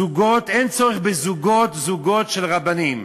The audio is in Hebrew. זוגות אין צורך בזוגות, זוגות של רבנים.